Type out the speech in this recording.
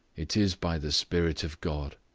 it is by the spirit of god.